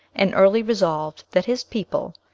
and early resolved that his people,